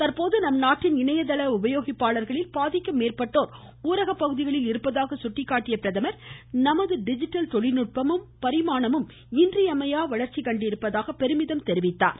தற்போது நம் நாட்டின் இணையதள உபயோகிப்பாளர்களில் பாதிக்கும் மேற்பட்டோர் ஊரக பகுதிகளில் இருப்பதாக சுட்டிக்காட்டிய பிரதமர் நமது டிஜிட்டல் தொழில்நுட்மும் பரிமாணமும் இன்றியமையா வளர்ச்சி கண்டிருப்பதாக எடுத்துரைத்தார்